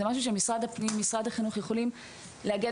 זה משהו שמשרד הפנים ומשרד החינוך יכולים לאגם